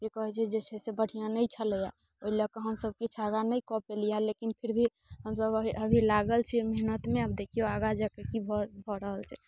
की कहैत छै जे छै से बढ़िआँ नहि छलैया ओहि लऽ कऽ हमसब किछु आगाँ नहि कऽ पयलियैया लेकिन फिर भी हमसब अभी लागल छी मेहनतमे आब देखिऔ आगाँ जा कऽ की भऽ भऽ रहल छै